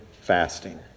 fasting